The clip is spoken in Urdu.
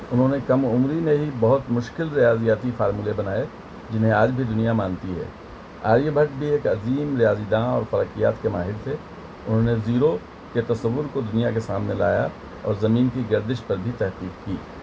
انہوں نے کم عمری نے ہی بہت مشکل ریاضیاتی فارمولے بنائے جنہیں آج بھی دنیا مانتی ہے آریہ بھٹ بھی ایک عظیم ریاضی داں اور فلکیات کے ماہر تھے انہوں نے زیرو کے تصور کو دنیا کے سامنے لایا اور زمین کی گردش پر بھی تحقیق کی